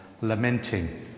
lamenting